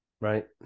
right